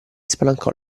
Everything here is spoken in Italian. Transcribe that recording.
spalancò